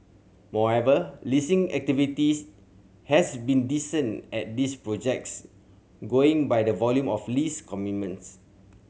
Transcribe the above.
moreover leasing activities has been decent at these projects going by the volume of lease commencements